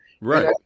Right